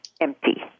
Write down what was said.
empty